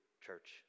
church